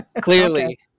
Clearly